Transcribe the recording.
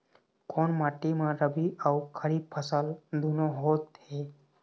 कोन माटी म रबी अऊ खरीफ फसल दूनों होत हे?